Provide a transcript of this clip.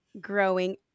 growing